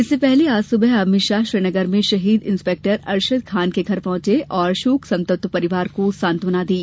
इससे पहले आज सुबह अमित शाह श्रीनगर में शहीद इंस्पेक्टर अशरद खान के घर पहुंचे और शोक संतप्त परिवार को सात्वना दी